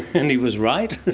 and he was right.